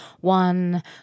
one